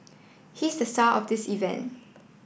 he's the star of this event